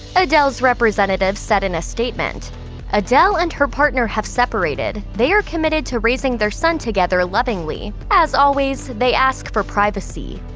adele's representatives said in a statement adele and her partner have separated. they are committed to raising their son together lovingly. as always they ask for privacy.